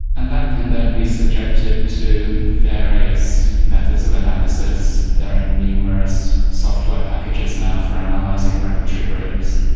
and that can then be subjected to various methods of analysis. there are numerous software packages now for analysing repertory grids.